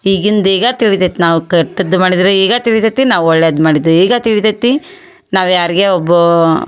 ಈಗಿಂದ ಈಗ ತಿಳಿತೈತೆ ನಾವು ಕೆಟ್ಟದ್ದು ಮಾಡಿದರೆ ಈಗ ತಿಳಿತೈತಿ ನಾವು ಒಳ್ಳೇದು ಮಾಡಿದರೆ ಈಗ ತಿಳಿತೈತಿ ನಾವು ಯಾರಿಗೇ ಒಬ್ಬ